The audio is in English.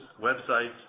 websites